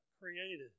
created